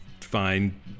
fine